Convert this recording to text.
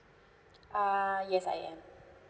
ah yes I am